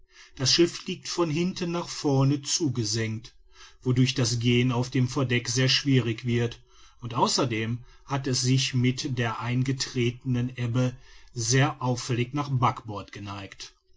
das schiff liegt von hinten nach vorn zu gesenkt wodurch das gehen auf dem verdeck sehr schwierig wird und außerdem hat es sich mit der eingetretenen ebbe sehr auffällig nach backbord geneigt